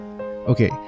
Okay